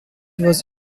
was